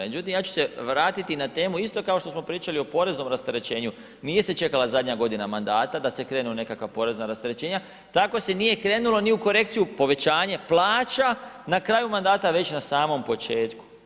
Međutim, ja ću se vratiti na temu isto kao što smo pričali o poreznom rasterećenju, nije se čekala zadnja godina mandata da se krene u nekakva porezna rasterećenja, tako se nije krenulo ni u korekciju povećanja plaća na kraju mandata već na samom početku.